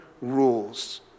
rules